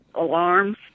alarms